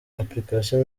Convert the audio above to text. application